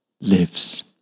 Lives